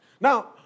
Now